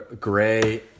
Gray